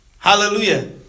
Hallelujah